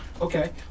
Okay